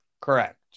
Correct